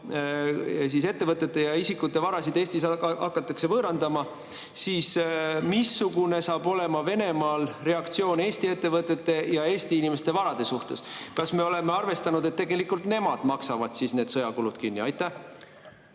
ettevõtete ja isikute varasid Eestis hakatakse võõrandama, siis missugune saab olema Venemaa reaktsioon Eesti ettevõtete ja Eesti inimeste varade suhtes. Kas me oleme arvestanud, et tegelikult nemad maksavad need sõjakulud kinni? Aitäh,